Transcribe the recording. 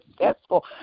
successful